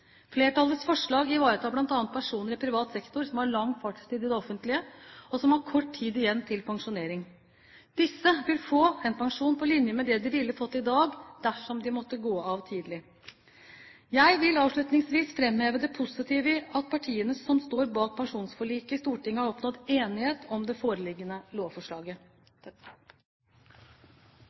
Flertallets forslag ivaretar bl.a. personer i privat sektor som har lang fartstid i det offentlige, og som har kort tid igjen til pensjonering. Disse vil få en pensjon på linje med det de ville fått i dag, dersom de måtte gå av tidlig. Jeg vil avslutningsvis framheve det positive i at partiene som står bak pensjonsforliket i Stortinget, har oppnådd enighet om det foreliggende lovforslaget. Det blir replikkordskifte. Jeg har lyst til